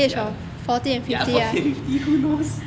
ya ya forty and fifty who knows